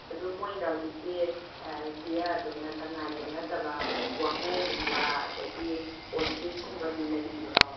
ꯑꯗꯣ ꯃꯣꯏꯅ ꯍꯧꯖꯤꯛꯀꯤ ꯗꯤꯌꯔꯗꯨ ꯁꯉꯥꯏꯗꯨ ꯅꯠꯇꯕ ꯋꯥꯍꯣꯡ ꯒꯨꯝꯕ ꯑꯗꯒꯤ ꯑꯣꯁꯇ꯭ꯔꯤꯁ ꯀꯨꯝꯕꯗꯤ ꯂꯩꯔꯤꯕ꯭ꯔꯣ